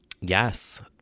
Yes